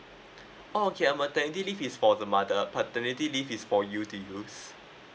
oh okay uh maternity leave is for the mother paternity leave is for you to use